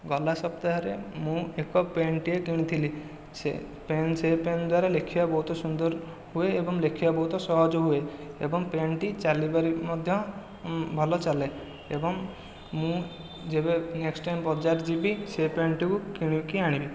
ଗଲା ସପ୍ତାହରେ ମୁଁ ଏକ ପେନ୍ଟିଏ କିଣିଥିଲି ସେ ପେନ୍ ସେ ପେନ୍ ଦ୍ଵାରା ଲେଖିବା ବହୁତ ସୁନ୍ଦର ହୁଏ ଏବଂ ଲେଖିବା ବହୁତ ସହଜ ହୁଏ ଏବଂ ପେନ୍ଟି ଚାଲିବାରେ ମଧ୍ୟ ଭଲ ଚାଲେ ଏବଂ ମୁଁ ଯେବେ ନେକ୍ସଟ ଟାଇମ ବଜାର ଯିବି ସେହି ପେନ୍ଟିକୁ କିଣିକି ଆଣିବି